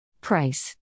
Price